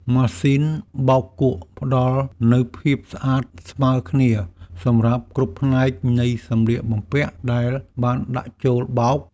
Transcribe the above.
ម៉ាស៊ីនបោកគក់ផ្តល់នូវភាពស្អាតស្មើគ្នាសម្រាប់គ្រប់ផ្នែកនៃសម្លៀកបំពាក់ដែលបានដាក់ចូលបោក។